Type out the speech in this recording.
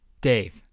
Dave